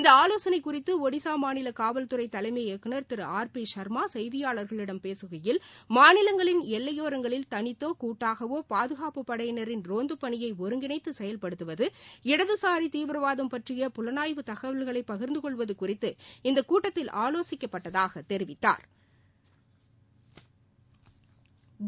இநத ஆலோசனை குறித்து ஒடிஸா மாநில காவல்துறை தலைமை இயக்குநர் திரு ஆர் பி ஷாமா செய்தியாளர்களிடம் பேசுகையில் மாநிலங்களின் எல்லையோரங்களில் தளித்தோ கூட்டாகவோ பாதுகாப்புப் படையினரின் ரோந்து பணியை ஒருங்கிணைந்து செயல்படுத்துவது இடதுசாரி தீவிரவாதம் பற்றிய புலனாய்வு தகவல்களை பகிா்ந்து கொள்வது குறித்து இந்த கூட்டத்தில் ஆலோசிக்கப்பட்டதாகத் தெரிவித்தாா்